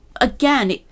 Again